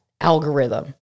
algorithm